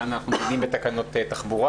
כאן אנחנו דנים בתקנות תחבורה,